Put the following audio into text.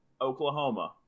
Oklahoma